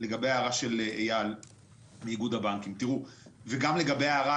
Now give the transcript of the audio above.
להערתו של אייל מאיגוד הבנקים וגם הערה